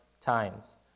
times